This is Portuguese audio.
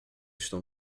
estão